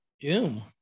Doom